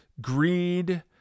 greed